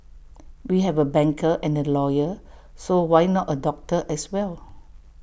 we have A banker and A lawyer so why not A doctor as well